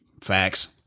Facts